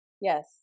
Yes